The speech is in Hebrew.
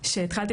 שהתחלתי